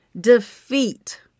defeat